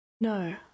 No